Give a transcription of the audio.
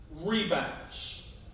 rebounds